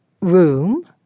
Room